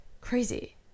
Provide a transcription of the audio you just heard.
Crazy